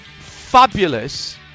Fabulous